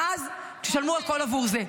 ואז תשלמו הכול עבור זה.